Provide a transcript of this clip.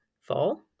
fall